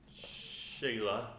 Shayla